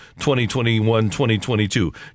2021-2022